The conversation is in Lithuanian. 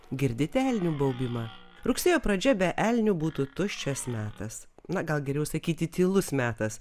girdite elnių baubimą rugsėjo pradžia be elnių būtų tuščias metas na gal geriau sakyti tylus metas